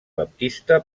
baptista